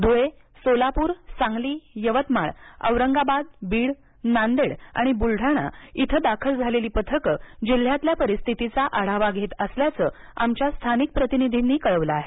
धुळे सोलप्र सांगली यवतमाळ औरंगाबाद बीड नादेड बुलडाणा इथं दाखल झालेली पथक जिल्ह्यातल्या परिस्थितीचा आढावा घेत असल्याचं आमच्या स्थानिक प्रतिनिधींनी कळवलं आहे